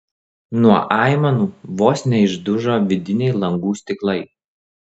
nuo aimanų vos neišdužo vidiniai langų stiklai